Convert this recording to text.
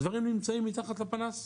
הדברים נמצאים מתחת לפנס'.